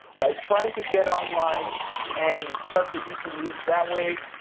right? trying to get online and start producing leads that way,